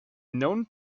known